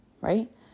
right